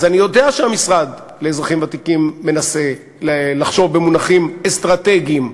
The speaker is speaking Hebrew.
אז אני יודע שהמשרד לאזרחים ותיקים מנסה לחשוב במונחים אסטרטגיים.